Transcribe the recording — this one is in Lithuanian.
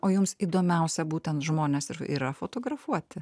o jums įdomiausia būtent žmonės ir yra fotografuoti